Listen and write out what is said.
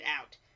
out